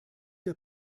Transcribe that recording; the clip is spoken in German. der